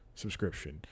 subscription